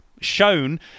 shown